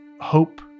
hope